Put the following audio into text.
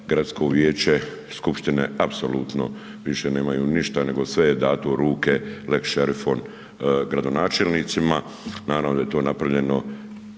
Gradsko vijeće skupštine apsolutno više nemaju ništa nego sve je dato u ruke lex šerifon, gradonačelnicima, naravno da je to napravljeno